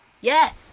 Yes